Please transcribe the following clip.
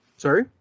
Sorry